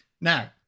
Now